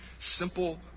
simple